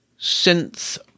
synth